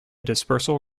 dispersal